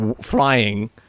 flying